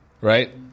right